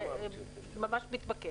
זה ממש מתבקש.